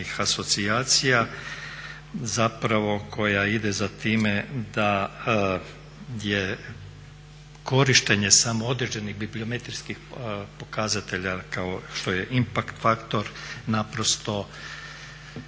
asocijacija zapravo koja ide za time da je korištenje samo određenih bibliometrijskih pokazatelja kao što je inpakt faktor naprosto